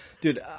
Dude